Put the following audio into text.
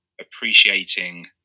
appreciating